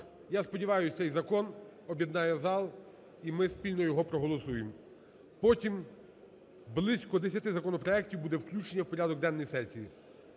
Я сподіваюсь, цей закон об'єднає зал, і ми спільно його проголосуємо. Потім близько десяти законопроектів буде включено в порядок денний сесії,